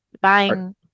buying